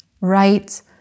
right